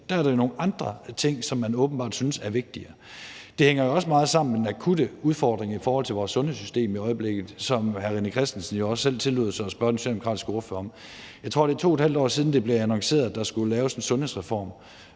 Der er det nogle andre ting, som man åbenbart synes er vigtigere. Det hænger jo også meget sammen med den akutte udfordring i forhold til vores sundhedssystem i øjeblikket, som hr. René Christensen også selv tillod sig at spørge den socialdemokratiske ordfører om. Jeg tror, det er 2½ år siden, det blev annonceret, at der skulle laves en sundhedsreform